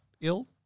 ill